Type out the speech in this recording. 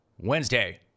Wednesday